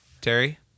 Terry